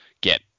get